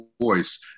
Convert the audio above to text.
voice